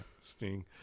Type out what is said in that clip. Sting